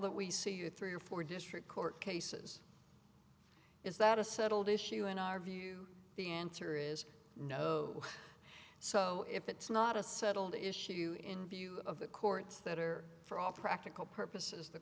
that we see you three or four district court cases is that a settled issue in our view the answer is no so if it's not a settled issue in view of the courts that are for all practical purposes the